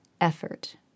effort